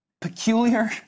peculiar